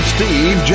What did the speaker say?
Steve